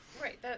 Right